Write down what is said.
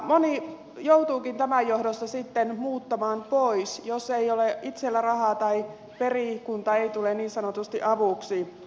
moni joutuukin tämän johdosta muuttamaan pois jos ei ole itsellä rahaa tai perikunta ei tule niin sanotusti avuksi